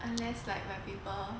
unless like my paper